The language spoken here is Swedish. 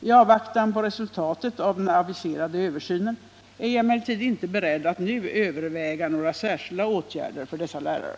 I avvaktan på resultatet av den aviserade översynen är jag emellertid inte beredd att nu överväga några särskilda åtgärder för dessa lärare.